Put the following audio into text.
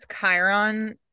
Chiron